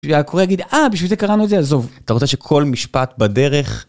‫הקוריאה יגיד, ‫אה, בשביל זה קראנו את זה? ‫עזוב, אתה רוצה שכל משפט בדרך?